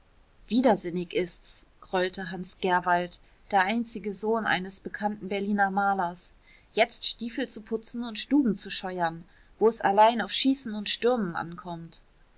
widersinnig ist's grollte hans gerwald der einzige sohn eines bekannten berliner malers jetzt stiefel zu putzen und stuben zu scheuern wo es allein auf schießen und stürmen ankommt